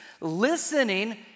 listening